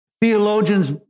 theologians